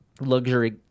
luxury